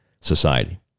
society